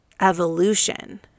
evolution